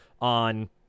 on